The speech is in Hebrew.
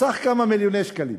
בסך כמה מיליוני שקלים,